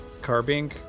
Carbink